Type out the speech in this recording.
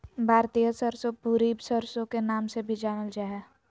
भारतीय सरसो, भूरी सरसो के नाम से भी जानल जा हय